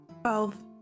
Twelve